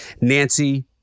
Nancy